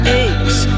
aches